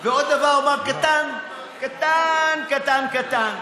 ועוד דבר אומר, קטן קטן קטן קטן.